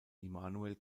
immanuel